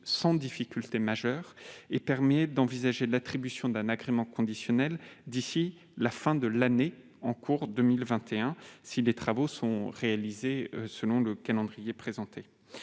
sans difficulté majeure, ce qui permet d'envisager l'attribution d'un agrément conditionnel d'ici à la fin de l'année 2021, si les travaux sont réalisés selon le calendrier présenté.